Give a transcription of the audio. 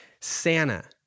santa